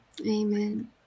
Amen